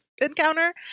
encounter